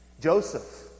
Joseph